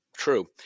True